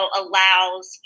allows